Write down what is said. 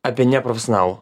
apie neprofesionalų